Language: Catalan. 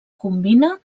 combina